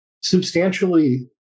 substantially